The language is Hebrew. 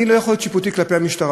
אני לא יכול להיות שיפוטי כלפי המשטרה,